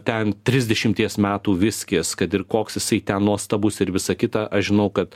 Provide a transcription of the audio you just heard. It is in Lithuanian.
ten trisdešimties metų viskis kad ir koks jisai ten nuostabus ir visa kita aš žinau kad